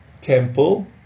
temple